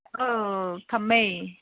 ꯑꯥ ꯊꯝꯃꯦ